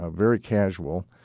ah very casual,